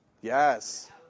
Yes